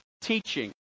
teaching